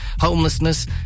homelessness